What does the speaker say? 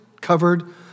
covered